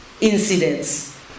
incidents